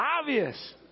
Obvious